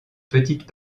petite